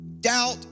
doubt